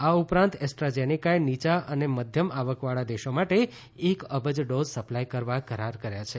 આ ઉપરાંત એસ્ટ્રાઝેનેકાએ નીયા અને મધ્યમ આવકવાળા દેશો માટે એક અબજ ડોઝ સપ્લાય કરવા કરાર કાર્ય છે